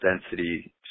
density